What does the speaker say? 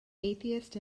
atheist